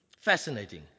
Fascinating